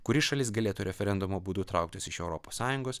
kuri šalis galėtų referendumo būdu trauktis iš europos sąjungos